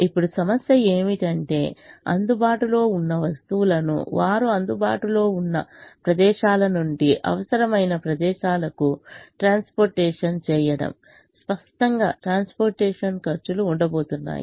ఇప్పుడు సమస్య ఏమిటంటే అందుబాటులో ఉన్న వస్తువులను వారు అందుబాటులో ఉన్న ప్రదేశాల నుండి అవసరమైన ప్రదేశాలకు ట్రాన్స్పోర్టేషన్ చేయడం స్పష్టంగా ట్రాన్స్పోర్టేషన్ ఖర్చులు ఉండబోతున్నాయి